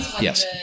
yes